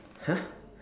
!huh!